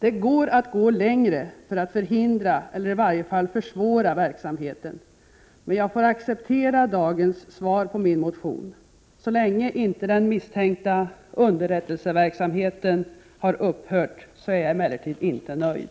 Det är möjligt att gå längre för att förhindra eller i varje fall försvåra verksamheten, men jag får acceptera dagens gensvar på min motion. Så länge den misstänkta underrättelseverksamheten inte har upphört, är jag emellertid inte nöjd.